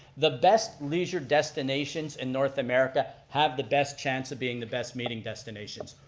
the best leisure destinations in north america have the best chance of being the best meeting destinations.